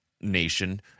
nation